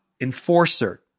enforcer